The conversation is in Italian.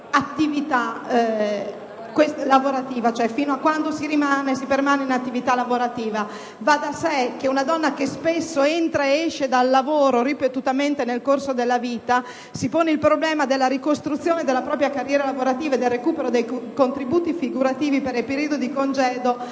limite temporale il momento fino al quale si permane in attività lavorativa. Va da sé che, per una donna che spesso entra ed esce dal lavoro, ripetutamente nel corso della vita, si pone il problema della ricostruzione della propria carriera lavorativa e del recupero dei contributi figurativi per il periodo di congedo,